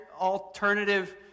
alternative